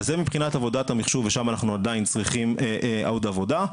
זה מבחינת עבודת המחשוב ושם עדיין אנחנו צריכים עוד עבודה.